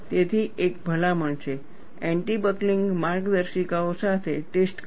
તેથી એક ભલામણ છે એન્ટી બકલિંગ માર્ગદર્શિકાઓ સાથે ટેસ્ટ કરો